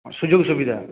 সুযোগ সুবিধা